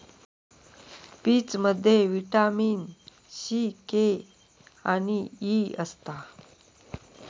पीचमध्ये vitamin C, K आणि E असता